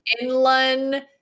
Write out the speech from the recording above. inland